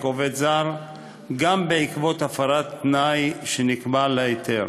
עובד זר גם בעקבות הפרת תנאי שנקבע להיתר,